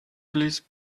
please